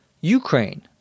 Ukraine